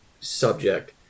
subject